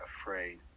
afraid